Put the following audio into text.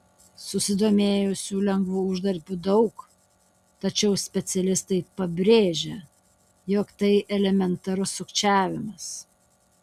susidomėjusių lengvu uždarbiu daug tačiau specialistai pabrėžia jog tai elementarus sukčiavimas